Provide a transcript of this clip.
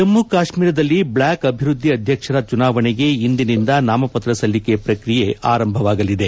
ಜಮ್ಮು ಕಾಶ್ಮೀರದಲ್ಲಿ ಬ್ಲಾಕ್ ಅಭಿವೃದ್ದಿ ಅಧ್ಯಕ್ಷರ ಚುನಾವಣೆಗೆ ಇಂದಿನಿಂದ ನಾಮಪತ್ರ ಸಲ್ಲಿಕೆ ಪ್ರಕ್ರಿಯೆ ಆರಂಭವಾಗಲಿದೆ